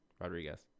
Rodriguez